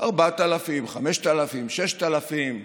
4,000, 5,000 או 6,000,